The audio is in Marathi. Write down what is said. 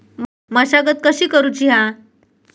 मशागत कशी करूची हा?